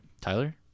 tyler